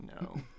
no